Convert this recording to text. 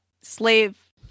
slave